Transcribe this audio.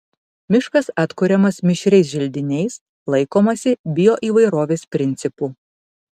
miškas atkuriamas mišriais želdiniais laikomasi bioįvairovės principų